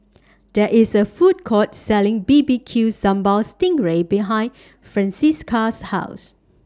There IS A Food Court Selling B B Q Sambal Sting Ray behind Francisca's House